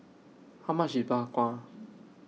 How much IS Bak Kwa